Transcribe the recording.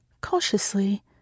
cautiously